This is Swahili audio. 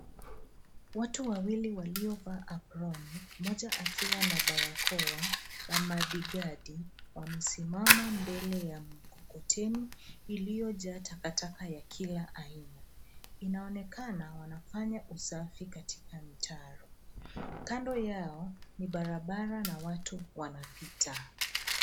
Watu wawili waliovaa aproni, mmoja akiwa na barakoa na mudguard wamesimama mbele ya mkokoteni iliyojaa takataka ya kila aina. Inaonekana wanafanya usafi katika mitaro. Kando yao ni barabara na watu wanapita.